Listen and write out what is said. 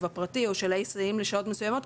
הפרטי או של ההיסעים לשעות מסוימות,